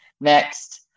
next